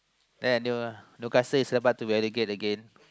that they will Newcastle is about to relegate again